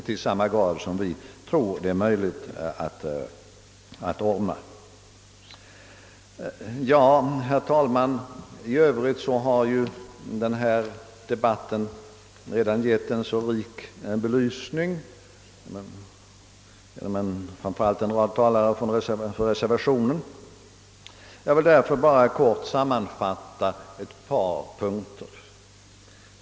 Herr talman! I övrigt har denna debatt redan givit en rik belysning av ämnet framför allt genom en del reservanters inlägg. Jag vill därför bara helt kort sammanfatta ett par punkter.